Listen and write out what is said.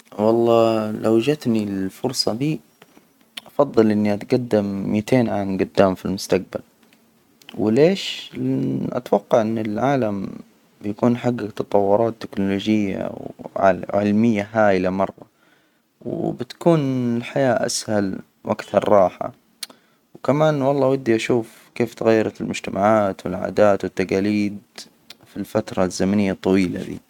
والله لو جتني الفرصة دي، أفضل إني أتجدم مئتين عام جدام في المستقبل. وليش؟ أتوقع إن العالم بيكون حجج تطورات تكنولوجية وعل- علمية هائلة مرة، وبتكون الحياة أسهل وقت الراحة، وكمان والله ودي أشوف كيف تغيرت المجتمعات والعادات والتجاليد في الفترة الزمنية الطويلة دي.